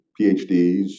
PhDs